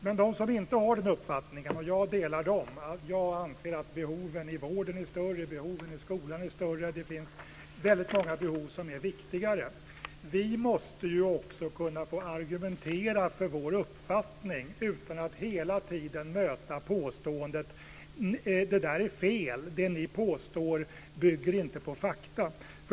Men vi som inte har den uppfattningen, som anser att behoven i vården och behoven i skolan är större - det finns väldigt många behov som är viktigare - måste också kunna få argumentera för vår uppfattning utan att hela tiden möta påståendet att det är fel, att det vi påstår inte bygger på fakta.